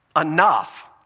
Enough